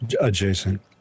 Adjacent